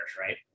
right